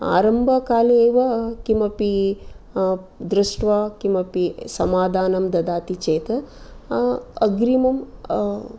आरम्भकाले एव किमपि दृष्ट्वा किमपि समाधानं ददाति चेत् अग्रिमं